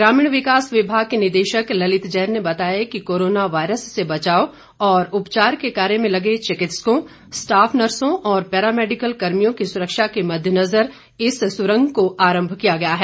ग्रामीण विकास विभाग के निदेशक ललित जैन ने बताया कि कोरोना वायरस से बचाव और उपचार के कार्य में लगे चिकित्सकों स्टाफ नर्सों और पैरामैडिकल कर्मियों की सुरक्षा के मददेनजर इस सुरंग को आरम्भ किया गया है